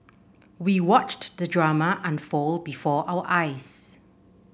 we watched the drama unfold before our eyes